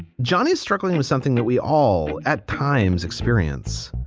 johnny is struggling with something that we all at times experience.